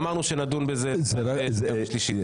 אמרנו שנדון בהם בקריאה שנייה ושלישית.